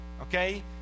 okay